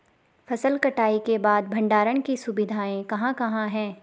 फसल कटाई के बाद भंडारण की सुविधाएं कहाँ कहाँ हैं?